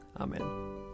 Amen